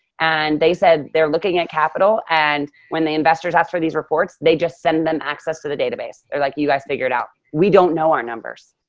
and they said they're looking at capital. and when they investors asked for these reports, they just send them access to the database. they're like, you guys figured out, we don't know our numbers.